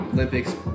Olympics